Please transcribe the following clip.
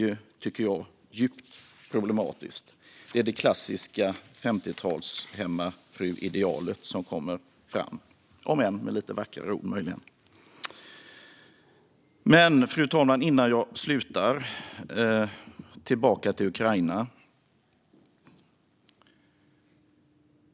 Det tycker jag är djupt problematiskt. Det är det klassiska 50-talshemmafruidealet som kommer fram, om än möjligen med lite vackrare ord. Fru talman! Innan jag slutar vill jag gå tillbaka till att tala om Ukraina.